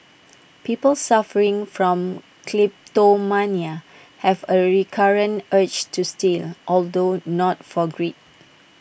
people suffering from kleptomania have A recurrent urge to steal although not for greed